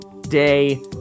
day